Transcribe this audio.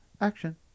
Action